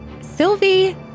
Sylvie